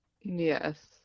Yes